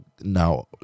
Now